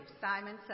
Simon